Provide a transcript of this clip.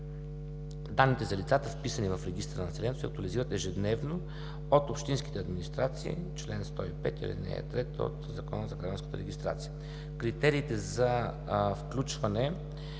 Данните за лицата, вписани в регистъра на населението, се актуализират ежедневно от общинските администрации – чл. 105, ал. 3 от Закона за гражданската регистрация. Критериите за включване